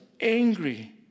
angry